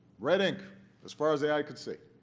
red ink as far as the eye could see.